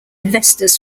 investors